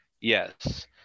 Yes